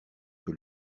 que